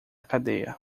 cadeia